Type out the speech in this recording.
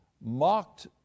mocked